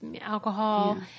alcohol